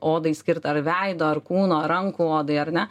odai skirta ar veido ar kūno ar rankų odai ar ne